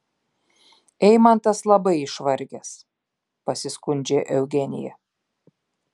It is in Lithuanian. eimantas labai išvargęs pasiskundžia eugenija